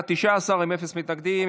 אין מתנגדים.